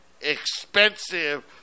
expensive